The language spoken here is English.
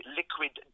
liquid